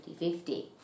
50-50